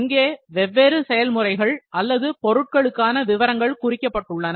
இங்கே வெவ்வேறு செயல்முறைகள் அல்லது பொருட்களுக்கான விவரங்கள் குறிக்கப்பட்டுள்ளன